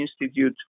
Institute